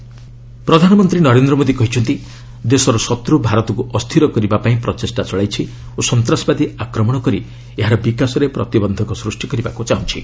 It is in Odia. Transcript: ମୋଦି ବିଜେପି ୱାର୍କର୍ସ ପ୍ରଧାନମନ୍ତ୍ରୀ ନରେନ୍ଦ୍ର ମୋଦି କହିଛନ୍ତି ଦେଶର ଶତ୍ର ଭାରତକୁ ଅସ୍ଥିର କରିବା ପାଇଁ ପ୍ରଚେଷ୍ଠା ଚଳାଇଛି ଓ ସନ୍ତାସବାଦୀ ଆକ୍ରମଣ କରି ଏହାର ବିକାଶରେ ପ୍ରତିବନ୍ଧକ ସୃଷ୍ଟି କରିବାକୁ ଚାହୁଁଛି